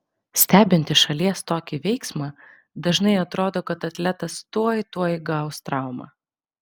stebint iš šalies tokį veiksmą dažnai atrodo kad atletas tuoj tuoj gaus traumą